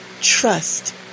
Trust